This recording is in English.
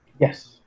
Yes